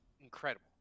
incredible